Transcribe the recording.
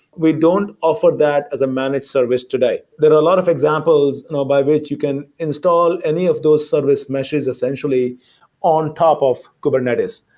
we don't offer that as a managed service today. there are a lot of examples by which you can install any of those service meshes essentially on top of kubernetes,